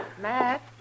Matt